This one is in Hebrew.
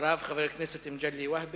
מגלי והבה